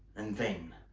and then,